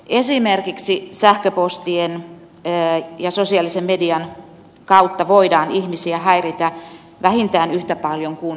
esimerkiksi sähköpostien ja sosiaalisen median kautta voidaan ihmisiä häiritä vähintään yhtä paljon kuin puhelimella